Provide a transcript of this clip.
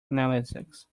analysis